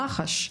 מח"ש,